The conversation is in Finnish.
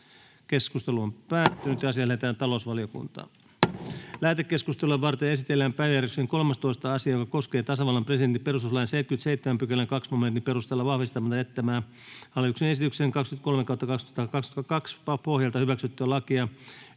tehdystä sopimuksesta (HE 23/2022 vp) Time: N/A Content: Lähetekeskustelua varten esitellään päiväjärjestyksen 13. asia, joka koskee tasavallan presidentin perustuslain 77 §:n 2 momentin perusteella vahvistamatta jättämää hallituksen esityksen 23/2022 vp pohjalta hyväksyttyä lakia